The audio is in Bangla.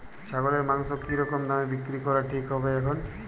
ছাগলের মাংস কী রকম দামে বিক্রি করা ঠিক হবে এখন?